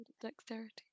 dexterity